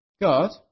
God